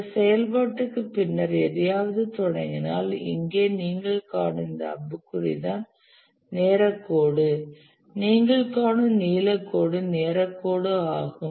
இந்த செயல்பாடுக்கு பின்னர் எதையாவது தொடங்கினால் இங்கே நீங்கள் காணும் இந்த அம்புக்குறி தான் நேரக் கோடு நீங்கள் காணும் நீலக்கோடு நேரக் கோடு ஆகும்